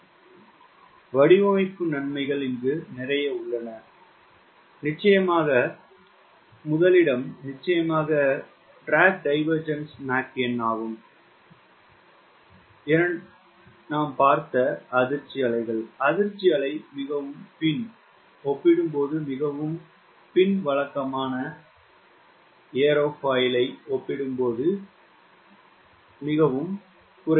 நிச்சயமாக வடிவமைப்பு நன்மைகள் உள்ளன முதலிடம் நிச்சயமாக அதிக ட்ராக் டைவேர்ஜ்ன்ஸ் மாக் எண் ஆகும் 2 நாம் பார்த்த அதிர்ச்சி அலைகள் ஆகும் மிகவும் பின் இருந்து உருவாகும் அதிர்ச்சி அலை வழக்கமான ஏரோஃபாயில் ஒப்பிடும்போது மிகவும் பின்னாகும்